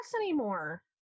anymore